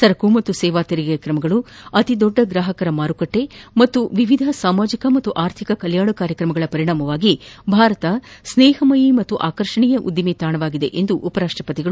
ಸರಕು ಮತ್ತು ಸೇವಾ ತೆರಿಗೆ ಕ್ರಮಗಳು ಅತಿ ದೊಡ್ಡ ಗ್ರಾಹಕರ ಮಾರುಕಟ್ಲೆ ಹಾಗೂ ವಿವಿಧ ಸಾಮಾಜಿಕ ಮತ್ತು ಆರ್ಥಿಕ ಕಲ್ಲಾಣ ಕಾರ್ಯಕ್ರಮಗಳ ಪರಿಣಾಮವಾಗಿ ಭಾರತ ಸ್ನೇಹಮಯಿ ಮತ್ತು ಆಕರ್ಷಣೀಯ ಉದ್ದಿಮೆ ತಾಣವಾಗಿದೆ ಎಂದು ಉಪರಾಷ್ಲಪತಿ ಹೇಳಿದರು